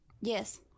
Yes